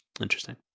Interesting